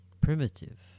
primitive